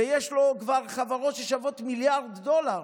ויש לו חברות ששוות כבר מיליארד דולר,